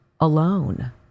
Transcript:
alone